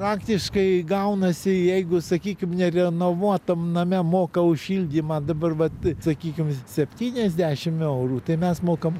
praktiškai gaunasi jeigu sakykim nerenovuotam name moka už šildymą dabar vat sakykim septyniasdešim eurų tai mes mokam